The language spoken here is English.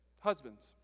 Husbands